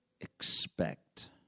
expect